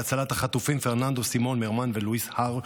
להצלת החטופים פרננדו סימון מרמן ולואיס הר,